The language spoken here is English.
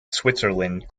switzerland